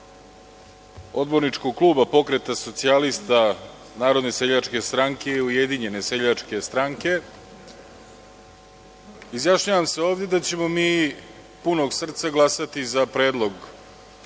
odborničkog kluba Pokreta socijalista, Narodne seljačke stranke i Ujedinjene seljačke stranke izjašnjavam se ovde da ćemo mi punog srca glasati za predlog da Maja